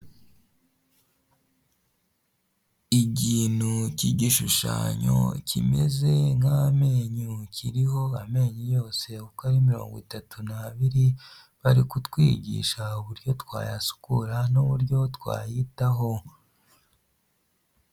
Ikintu cy'igishushanyo kimeze nk'amenyo, kiriho amenyo yose uko ari mirongo itatu n'abiri, bari kutwigisha uburyo twayasukura n'uburyo twayitaho.